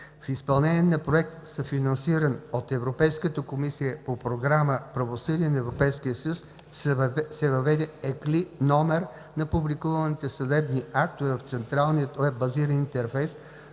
В изпълнение на проект, съфинансиран от Европейската комисия по Програма „Правосъдие“ на Европейския съюз, се въведе ECLI-номер на публикуваните съдебни актове в централния уеб-базиран интерфейс